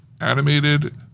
animated